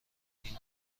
این